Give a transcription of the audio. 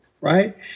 right